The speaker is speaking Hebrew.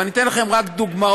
ואני אתן לכם רק דוגמאות